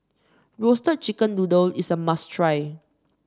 Roasted Chicken Noodle is a must try